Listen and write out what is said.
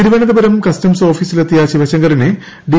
Thiruvananthapuram customs ഓഫീസിലെത്തിയ ശിവശങ്കറിനെ D